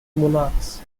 monarchs